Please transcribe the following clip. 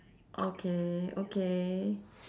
okay okay